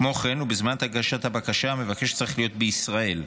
כמו כן, בזמן הגשת הבקשה המבקש צריך להיות בישראל.